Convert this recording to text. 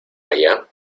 allá